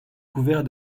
couvert